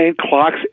clocks